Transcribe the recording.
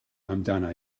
amdana